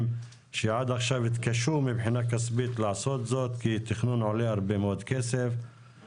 שעד עכשיו התקשו מבחינה כספית לעשות זאת כי תכנון עולה הרבה מאוד כסף,